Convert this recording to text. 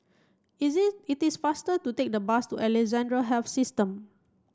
is it it is faster to take the bus to Alexandra Health System